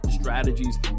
strategies